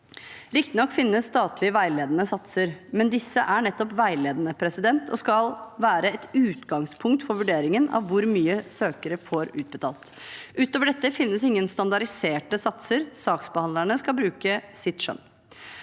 Riktignok finnes statlige veiledende satser, men disse er nettopp veiledende og skal være et utgangspunkt for vurderingen av hvor mye søkere får utbetalt. Utover dette finnes det ingen standardiserte satser. Saksbehandlerne skal bruke sitt skjønn.